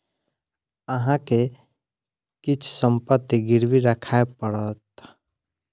अहाँ के किछ संपत्ति गिरवी राखय पड़त